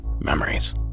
memories